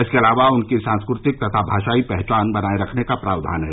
इसके अलावा उनकी सांस्कृतिक तथा भाषाई पहचान बनाये रखे जाने का प्रावधान है